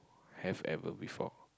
have ever before